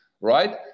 right